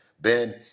Ben